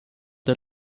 der